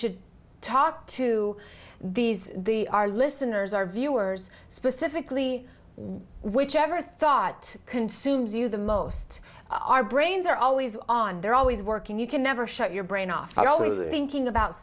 should talk to these the our listeners our viewers specifically whichever thought consumes you the most our brains are always on they're always working you can never shut your brain off always thinking about